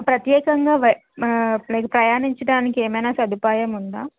ప్రత్యేకంగా ప్రయాణించడానికి ఏమయినా సదుపాయం ఉందా